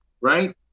right